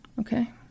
Okay